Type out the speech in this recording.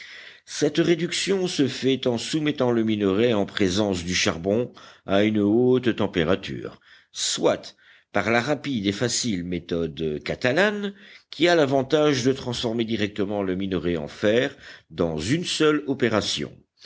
cette réduction se fait en soumettant le minerai en présence du charbon à une haute température soit par la rapide et facile méthode catalane qui a l'avantage de transformer directement le minerai en fer dans une seule opération